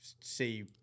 see